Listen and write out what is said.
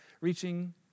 reaching